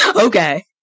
Okay